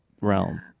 realm